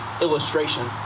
illustration